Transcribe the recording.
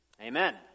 Amen